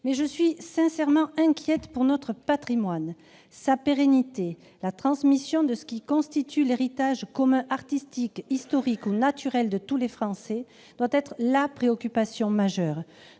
mais je suis sincèrement inquiète pour notre patrimoine. Sa pérennité, la transmission de ce qui constitue l'héritage commun artistique, historique ou naturel de tous les Français doit être notre préoccupation majeure.